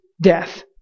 death